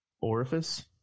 orifice